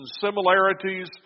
similarities